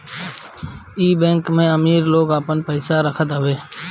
इ बैंक में अमीर लोग आपन पईसा रखत हवे